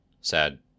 sad